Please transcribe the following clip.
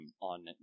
on